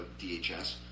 DHS